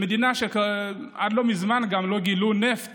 במדינה שעד לא מזמן גם לא גילו נפט